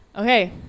Okay